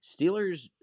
Steelers